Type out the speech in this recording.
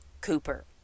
Cooper